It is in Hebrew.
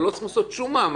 לא צריכים לעשות שום מאמץ.